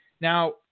now